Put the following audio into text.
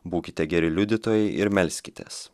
būkite geri liudytojai ir melskitės